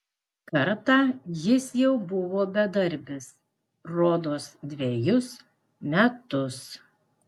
kartą jis jau buvo bedarbis rodos dvejus metus